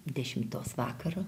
dešimtos vakaro